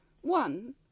One